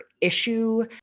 issue